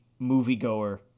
moviegoer